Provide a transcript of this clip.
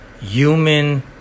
Human